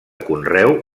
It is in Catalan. conreu